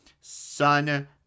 son